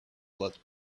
lot